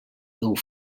dur